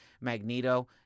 Magneto